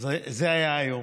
אז זה היה היום.